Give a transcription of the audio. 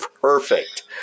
Perfect